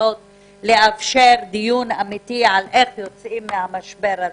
לנסות לאפשר דיון אמיתי על איך יוצאים מהמשבר הזה,